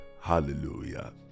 Hallelujah